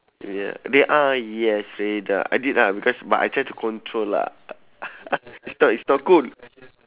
ya they ah yes radar I did lah because but I try to control lah is not is not cool